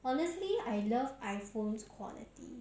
honestly I love iphone's quality